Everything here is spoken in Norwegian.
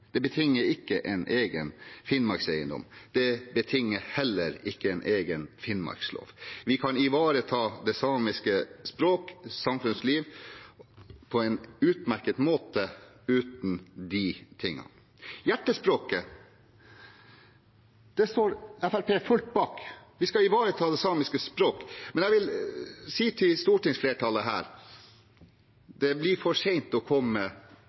Det betinger ikke en egen finnmarkseiendom, og det betinger heller ikke en egen finnmarkslov. Vi kan ivareta det samiske språket og samfunnslivet på en utmerket måte uten de tingene. Hjertespråket – det står Fremskrittspartiet fullt bak. Vi skal ivareta det samiske språket. Men jeg vil si til stortingsflertallet her: Det blir for sent å komme